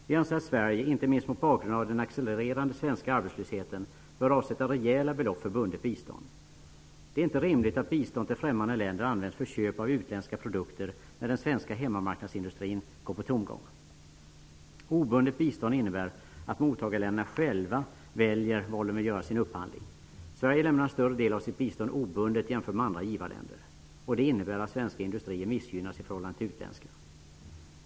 Vi anser att Sverige inte minst mot bakgrund av den accelererande svenska arbetslösheten bör avsätta rejäla belopp för bundet bistånd. Det är inte rimligt att bistånd till främmande länder används för köp av utländska produkter när den svenska hemmamarknadsindustrin går på tomgång. Obundet bistånd innebär att mottagarländerna själva väljer var de vill göra sin upphandling. Sverige lämnar jämfört med andra givarländer en stor del av sitt bistånd obundet. Det innebär att svenska industrier missgynnas i förhållande till utländska.